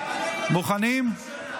מוכנים?